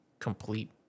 Complete